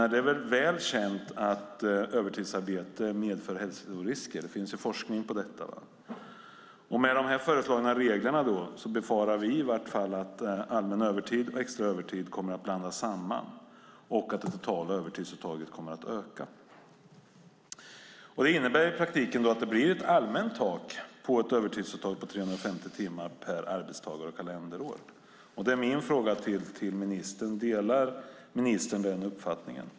Det är välkänt att övertidsarbete medför hälsorisker. Det finns forskning på det. Med de föreslagna reglerna befarar i vart fall vi att allmän övertid och extra övertid kommer att blandas samman och att det totala övertidsuttaget kommer att öka. Det innebär i praktiken att det blir ett allmänt tak för övertidsuttag på 350 timmar per arbetstagare och kalenderår. Då är min fråga till ministern: Delar ministern den uppfattningen?